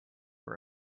room